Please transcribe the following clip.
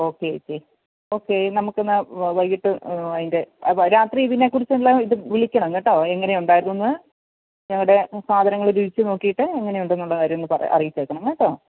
okay ചേച്ചി okay നമുക്കെന്നാൽ വൈകീട്ട് അതിൻ്റെ രാത്രി പിന്നെ അതിനെക്കുറിച്ചെല്ലാം ഇത് വിളിക്കണം കേട്ടോ എങ്ങനെയുണ്ടായിരുന്നുവെന്ന് ഞങ്ങളുടെ സാധനങ്ങൾ രുചിച്ച് നോക്കീട്ട് എങ്ങനെയുണ്ടെന്നുള്ള കാര്യം ഒന്ന് അറിയിച്ചേക്കണം കേട്ടോ